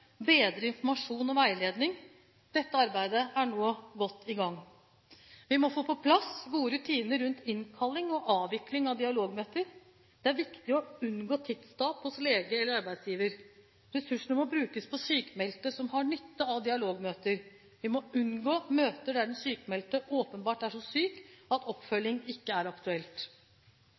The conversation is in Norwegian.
bedre informasjon og veiledning. Dette arbeidet er nå godt i gang. Vi må få på plass gode rutiner rundt innkalling og avvikling av dialogmøter. Det er viktig å unngå tidstap hos lege eller arbeidsgiver. Ressursene må brukes på sykmeldte som har nytte av dialogmøter. Vi må unngå møter der den sykmeldte åpenbart er så syk at oppfølging ikke er aktuelt.